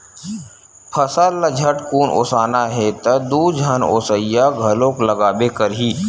फसल ल झटकुन ओसाना हे त दू झन ओसइया घलोक लागबे करही